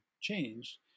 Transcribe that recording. changed